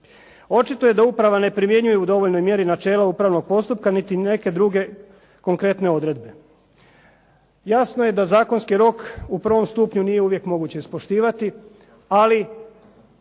Očito je da uprava ne primjenjuje u dovoljnoj mjeri načelo upravnog postupka niti neke druge konkretne odredbe. Jasno je da zakonski rok u prvom stupnju nije uvijek moguće ispoštivati, ali